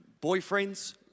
boyfriends